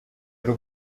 y’u